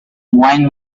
wayne